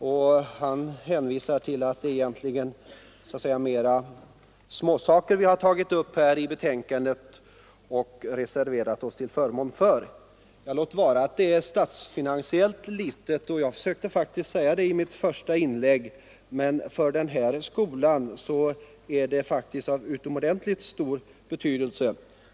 Herr Alemyr hänvisar till att det egentligen mest är småsaker som vi har reserverat oss till förmån för. Ja, låt vara att det är statsfinansiellt små saker — jag försökte faktiskt säga det i mitt första inlägg — men för den här skolan är detta av utomordentligt stor betydelse.